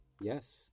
Yes